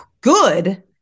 good